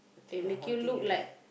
and make you look like